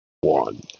one